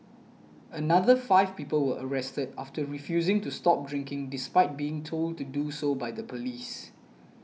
another five people were arrested after refusing to stop drinking despite being told to do so by police